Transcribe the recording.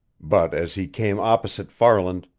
but as he came opposite farland,